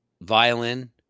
violin